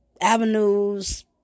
avenues